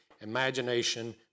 imagination